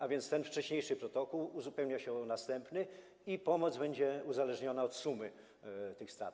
A więc wcześniejszy protokół uzupełnia się o następny, a pomoc będzie uzależniona od sumy tych strat.